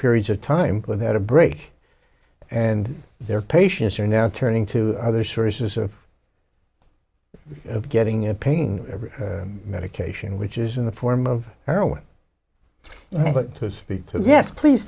periods of time without a break and their patients are now turning to other sources or getting a pain medication which is in the form of heroin but to speak to yes please